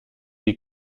die